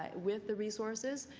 ah with the resources,